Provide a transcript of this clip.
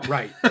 Right